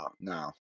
No